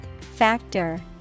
factor